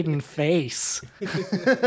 face